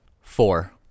four